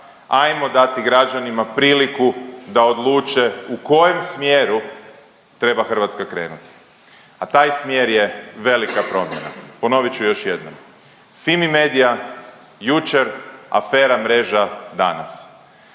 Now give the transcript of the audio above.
hajmo dati građanima priliku da odluče u kojem smjeru treba Hrvatska krenuti, a taj smjer je velika promjena. Ponovit ću još jednom Fimi media jučer, afera Mreža danas.